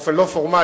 באופן לא פורמלי,